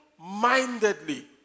mindedly